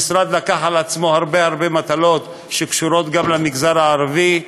המשרד לקח על עצמו הרבה הרבה מטלות שקשורות גם למגזר הערבי.